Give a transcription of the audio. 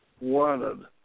wanted